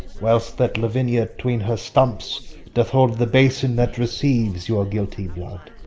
whiles that lavinia tween her stumps doth hold the basin that receives your guilty blood.